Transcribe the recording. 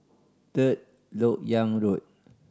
Third Lok Yang Road